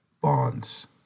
bonds